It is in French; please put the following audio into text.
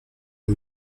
les